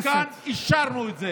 אנחנו כאן אישרנו את זה.